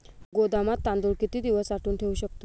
गोदामात तांदूळ किती दिवस साठवून ठेवू शकतो?